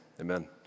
Amen